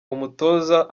umutoza